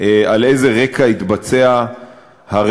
על איזה רקע התבצע הרצח.